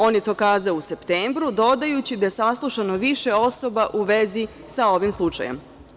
On je to kazao u septembru, dodajući da je saslušano više osoba u vezi sa ovim slučajem.